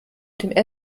dem